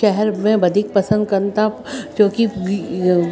शहर में वधीक पसंदि कनि था छोकी